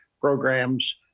programs